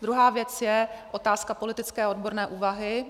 Druhá věc je otázka politické odborné úvahy.